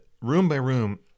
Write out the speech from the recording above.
room-by-room